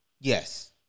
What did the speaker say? Yes